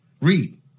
Read